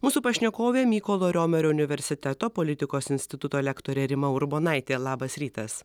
mūsų pašnekovė mykolo romerio universiteto politikos instituto lektorė rima urbonaitė labas rytas